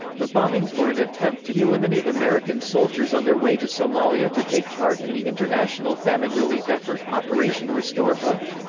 the bombings were an attempt to eliminate american soldiers on their way to somalia to take part in the international famine relief effort, operation restore hope.